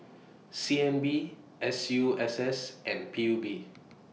C N B S U S S and P U B